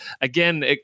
again